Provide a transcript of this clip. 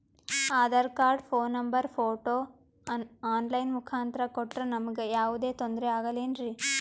Aadhaar card, phone number, photo online ಮುಖಾಂತ್ರ ಕೊಟ್ರ ನಮಗೆ ಯಾವುದೇ ತೊಂದ್ರೆ ಆಗಲೇನ್ರಿ?